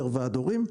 יותר ועד הורים,